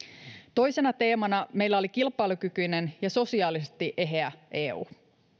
toisena teemana meillä oli kilpailukykyinen ja sosiaalisesti eheä eu